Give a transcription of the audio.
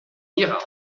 mira